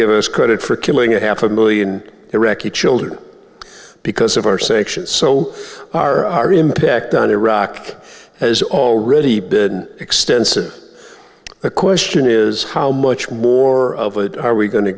give us credit for killing a half a million iraqi children because of our sections so our impact on iraq has already been extensive the question is how much more of it are we going to